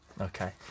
Okay